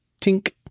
tink